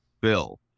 bill